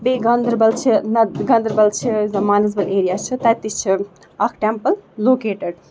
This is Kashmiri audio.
بیٚیہِ گاندربل چھِ نہ گاندربل چھِ اَسہِ مانَسبل ایریا چھِ تَتہِ تہِ چھِ اَکھ ٹٮ۪مپل لوکیٹڈ